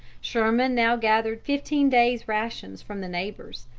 sherman now gathered fifteen days' rations from the neighbors,